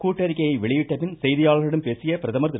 கூட்டறிக்கையை வெளியிட்டபின் செய்தியாளர்களிடம் பேசிய பிரதமர் திரு